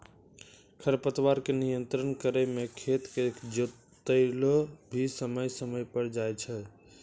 खरपतवार के नियंत्रण करै मे खेत के जोतैलो भी समय समय पर जाय छै